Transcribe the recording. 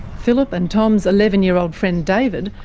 phillip and tom's eleven year old friend david,